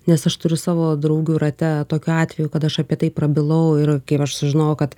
nes aš turiu savo draugių rate tokių atvejų kad aš apie tai prabilau ir kai aš sužinojau kad